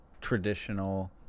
traditional